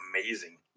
amazing